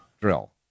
drill